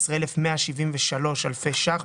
111,173 אלפי שקלים,